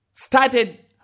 started